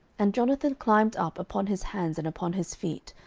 and jonathan climbed up upon his hands and upon his feet,